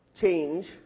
change